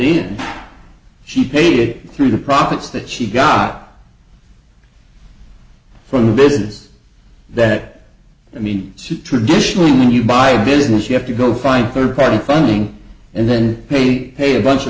eighty she paid it through the profits that she got from the business that i mean she traditionally when you buy a business you have to go find third party funding and then payne pay a bunch of